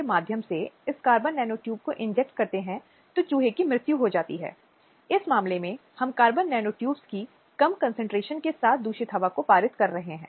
वे सामाजिक मुद्दों और चुनौतियों के बारे में जागरूकता बढ़ाने और बदलाव की वकालत करने वाले एक वकील की भूमिका निभाते हैं